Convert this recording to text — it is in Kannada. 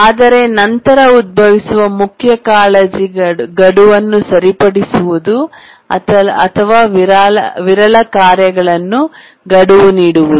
ಆದರೆ ನಂತರ ಉದ್ಭವಿಸುವ ಮುಖ್ಯ ಕಾಳಜಿ ಗಡುವನ್ನು ಸರಿಪಡಿಸುವುದು ಅಥವಾ ವಿರಳ ಕಾರ್ಯಗಳ ಗಡುವನ್ನು ನೀಡುವುದು